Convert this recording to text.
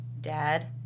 Dad